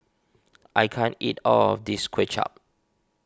I can't eat all of this Kuay Chap